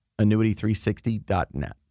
annuity360.net